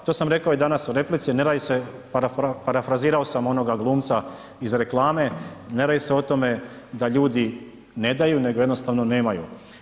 To sam rekao i danas u replici, ne radi se, parafrazirao sam onoga glumca iz reklame, ne radi se o tome da ljudi ne daju, nego jednostavno nemaju.